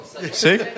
See